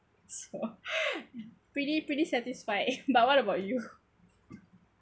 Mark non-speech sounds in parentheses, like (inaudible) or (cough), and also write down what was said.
so (laughs) pretty pretty satisfied but what about you